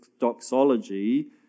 doxology